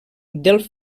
del